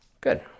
Good